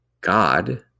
God